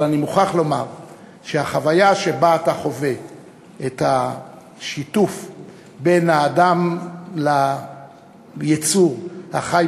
אבל אני מוכרח לומר שהחוויה שבה אתה חווה את השיתוף בין האדם ליצור החי